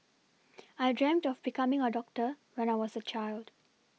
I dreamt of becoming a doctor when I was a child